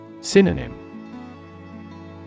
Synonym